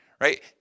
right